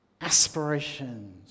aspirations